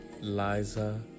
Liza